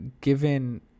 given